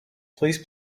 please